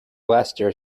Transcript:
leicester